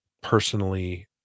personally –